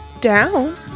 down